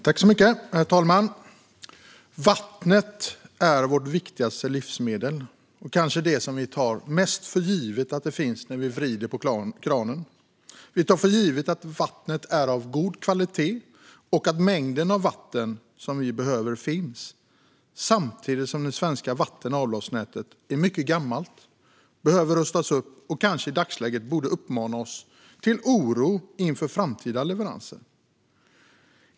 Herr talman! Vattnet är vårt viktigaste livsmedel och kanske det som vi tar mest för givet: Vi tar för givet att det finns när vi vrider på kranen. Vi tar för givet att vattnet är av god kvalitet och att den mängd vatten som vi behöver finns. Samtidigt är det svenska vatten och avloppsnätet mycket gammalt och behöver rustas upp. Det borde kanske i dagsläget mana till oro inför framtida leveranser.